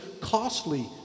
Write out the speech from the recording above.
costly